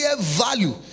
value